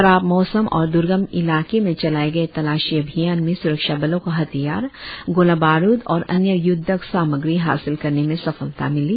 खराब मौसम और द्र्गम इलाके में चलाए गए तलाशी अभियान में स्रक्षा बलों को हथियार गोला बारुद और अन्य य्द्धक सामग्री हासिल करने में सफलता मिली